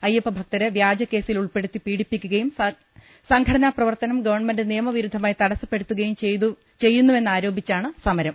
അയ്യപ്പഭക്തരെ വ്യാജകേസിൽ ഉൾപ്പെടുത്തി പീഡിപ്പിക്കുകയും സംഘടനാ പ്രവർത്തനം ഗവൺമെന്റ് നിയമവിരുദ്ധമായി തടസ്സപ്പെടുത്തുകയും ചെയ്യുന്നു വെന്നാരോപിച്ചാണ് സമരം